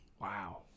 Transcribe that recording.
Wow